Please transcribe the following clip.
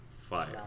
Fire